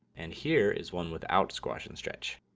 and here is one without squash and stretch.